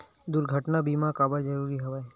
दुर्घटना बीमा काबर जरूरी हवय?